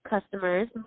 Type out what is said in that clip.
customers